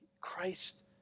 Christ